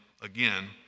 again